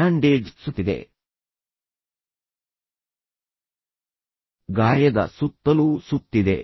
bandage ಸುತ್ತಿದೆ ಗಾಯದ ಸುತ್ತಲೂ ಸುತ್ತಿದೆ